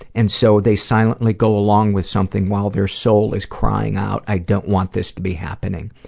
and so, they silently go along with something while their soul is crying out, i don't want this to be happening.